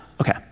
okay